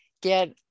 get